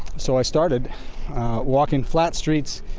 so i started walking flat streets,